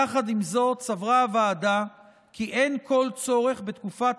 יחד עם זאת סברה הוועדה כי אין כל צורך בתקופת